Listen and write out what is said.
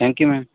thank you ma'am